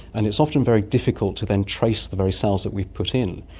and it's often very difficult to then trace the very cells that we've put in,